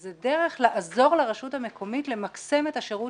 זו דרך לעזור לרשות המקומית למקסם את השרות